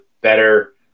better